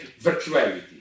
virtuality